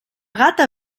gata